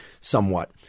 somewhat